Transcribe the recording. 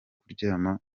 kuryama